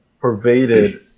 pervaded